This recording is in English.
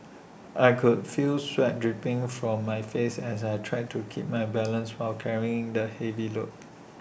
I could feel sweat dripping from my face as I tried to keep my balance while carrying the heavy load